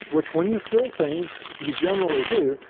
which when you fill things you generally do,